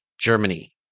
Germany